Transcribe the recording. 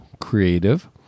Creative